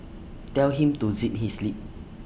tell him to zip his lip